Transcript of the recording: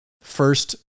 first